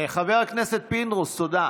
חבר הכנסת פינדרוס, תודה.